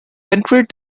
penetrate